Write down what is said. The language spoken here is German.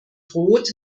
rot